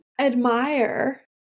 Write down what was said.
admire